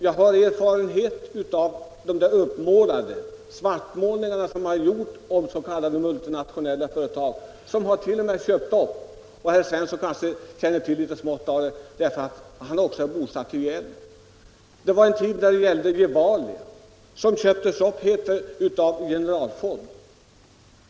Jag känner naturligtvis också till de svartmålningar som har gjorts av de multinationella företag som har köpt upp svenska företag. Jag antar att herr Svensson också känner till litet av det. Gevalia i Gävle köptes exempelvis av General Food.